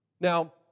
Now